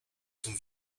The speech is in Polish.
tym